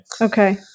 Okay